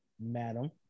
madam